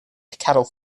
cattle